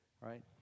right